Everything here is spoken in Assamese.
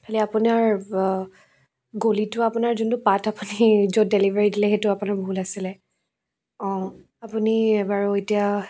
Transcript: খালি আপোনাৰ গলিটো আপোনাৰ যোনটো আপুনি য'ত ডেলিভাৰী দিলে সেইটো আপোনাৰ ভুল আছিলে অঁ আপুনি বাৰু এতিয়া